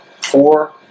four